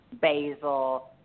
basil